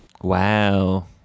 Wow